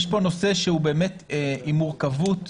יש כאן נושא שהוא באמת עם מורכבות.